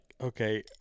okay